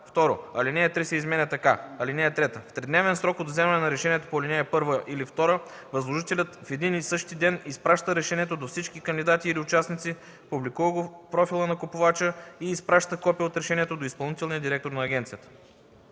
2. Алинея 3 се изменя така: „(3) В тридневен срок от вземане на решението по ал. 1 или 2 възложителят в един и същи ден изпраща решението до всички кандидати или участници, публикува го в профила на купувача и изпраща копие от решението до изпълнителния директор на агенцията.”